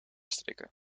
strikken